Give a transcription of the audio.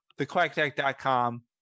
thequacktech.com